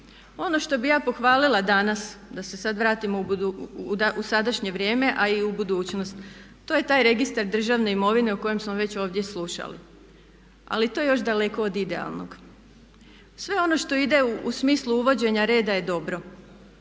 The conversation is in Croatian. Ono što bih ja pohvalila danas da se sad vratimo u sadašnje vrijeme, a i u budućnost to je taj registar državne imovine o kojem smo već ovdje slušali, ali to je još daleko od idealnog. Sve ono što ide u smislu uvođenja reda je dobro